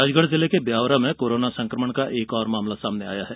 राजगढ़ जिले के ब्यावरा में कोरोना संकमण का एक और मामला सामने आया है